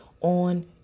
on